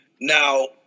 Now